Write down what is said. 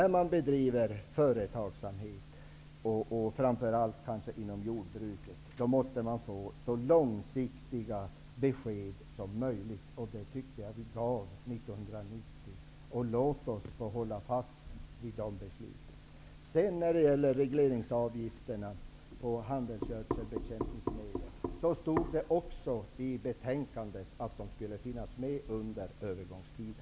I samband med företagsamhet, det gäller kanske framför allt jordbruket, måste det ges så långsiktiga besked som möjligt. Det tycker jag att vi gav 1990. Låt oss hålla fast vid de beslut som då fattades. När det sedan gäller regleringsavgifterna på handelsgödsel och bekämpningsmedel står det i betänkandet att dessa skall finnas med under övergångstiden.